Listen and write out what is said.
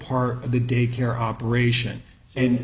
part of the day care operation and